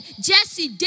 Jesse